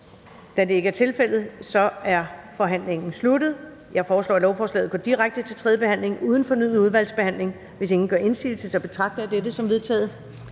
af KF og NB)? Det er vedtaget. Jeg foreslår, at lovforslagene går direkte til tredje behandling uden fornyet udvalgsbehandling. Og hvis ingen gør indsigelse, betragter jeg det som vedtaget.